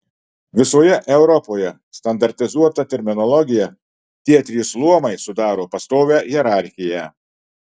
visoje europoje standartizuota terminologija tie trys luomai sudaro pastovią hierarchiją